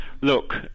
look